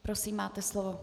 Prosím, máte slovo.